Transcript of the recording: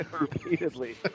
Repeatedly